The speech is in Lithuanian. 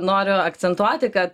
noriu akcentuoti kad